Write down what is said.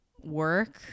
work